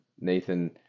nathan